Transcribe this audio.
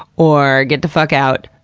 or get the fuck out,